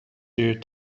here